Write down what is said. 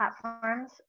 platforms